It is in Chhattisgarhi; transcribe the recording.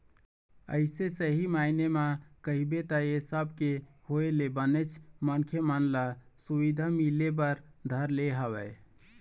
अइसे सही मायने म कहिबे त ऐ सब के होय ले बनेच मनखे मन ल सुबिधा मिले बर धर ले हवय